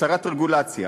הסרת רגולציה.